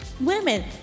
women